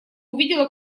увидело